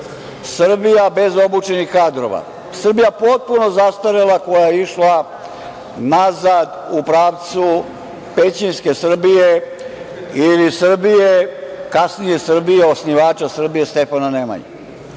Srbija bez obučenih kadrova, Srbija potpuno zastarela koja je išla nazad, u pravcu pećinske Srbije ili Srbije, kasnije Srbije, osnivača Srbije, Stefana